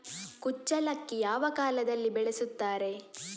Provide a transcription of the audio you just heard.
ಕುಚ್ಚಲಕ್ಕಿ ಯಾವ ಕಾಲದಲ್ಲಿ ಬೆಳೆಸುತ್ತಾರೆ?